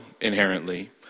inherently